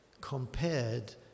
compared